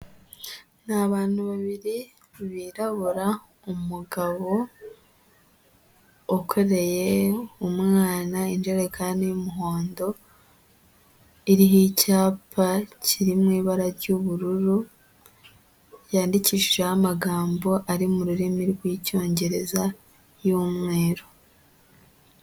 Ni abantu babiri birabura umugabo ukoreye umwana injerekani y'umuhondo iriho icyapa kiri mu ibara ry'ubururu, yandikishijeho amagambo ari mu rurimi rw'icyongereza y'umweru.